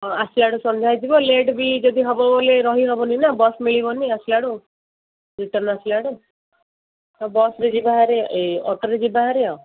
ହଁ ଆସିଲା ବେଳକୁ ସନ୍ଧ୍ୟା ହେଇଯିବ ଲେଟ୍ ବି ଯଦି ହବ ବୋଲେ ରହି ହବନି ନା ବସ୍ ମିଳିବନି ଆସିଲାବେଳୁ ରିଟର୍ନ୍ ଆସିଲା ବେଳେ ହଉ ବସ୍ରେ ଯିବା ହେରି ଏଇ ଅଟୋରେ ଯିବା ହେରି ଆଉ